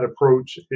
approach